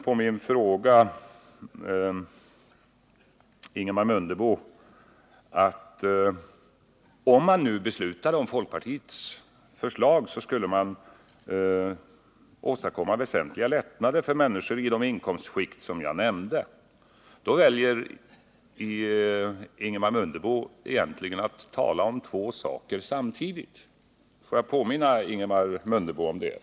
På min fråga svarar Ingemar Mundebo att om man beslutar i enlighet med folkpartiets förslag, skulle man åstadkomma väsentliga lättnader för människor i de inkomstskikt som jag nämnde. Då väljer Ingemar Mundebo egentligen att tala om två saker samtidigt. Får jag påminna Ingemar Mundebo om detta.